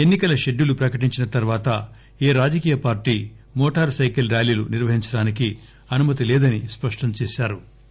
ఎన్ని కల షెడ్యూలు ప్రకటించిన తర్పాత ఏ రాజకీయ పార్టీ మోటారు సైకిల్ ర్భాలీలు నిర్వహించడానికి అనుమతి లేదని స్పష్టం చేశారు